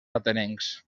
atenencs